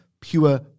Pure